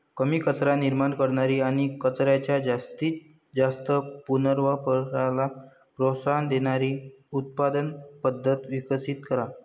कमी कचरा निर्माण करणारी आणि कचऱ्याच्या जास्तीत जास्त पुनर्वापराला प्रोत्साहन देणारी उत्पादन पद्धत विकसित करा